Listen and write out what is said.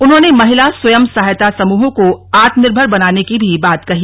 उन्होंने महिला स्वयं सहायता समूहों को आत्मनिर्भर बनाने की भी बात कही